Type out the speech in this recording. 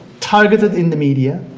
targeted in the media,